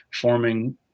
forming